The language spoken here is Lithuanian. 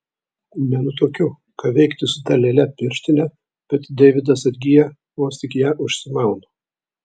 nenutuokiu ką veikti su ta lėle pirštine bet deividas atgyja vos tik ją užsimaunu